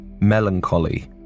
melancholy